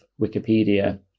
Wikipedia